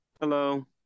Hello